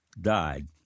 died